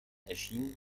erschien